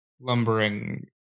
lumbering